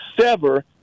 sever